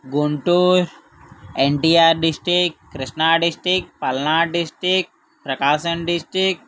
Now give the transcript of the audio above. Guntur NTR district Krishna district Palnadu district Prakasam district